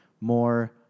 more